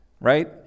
right